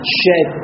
shed